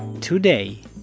today